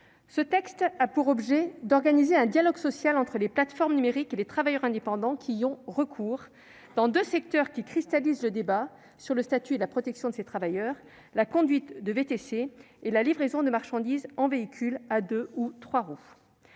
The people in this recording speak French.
Ce texte a pour objet d'organiser un dialogue social entre les plateformes numériques et les travailleurs indépendants y ayant recours dans deux secteurs qui cristallisent le débat sur les questions de statut et de protection de ces travailleurs : la conduite de véhicule de transport avec chauffeur (VTC) et la livraison de marchandises en véhicule à deux ou trois roues.